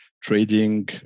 trading